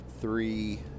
Three